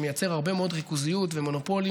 שמייצר הרבה מאוד ריכוזיות ומונופולים,